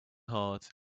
hard